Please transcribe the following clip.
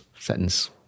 sentence